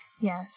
Yes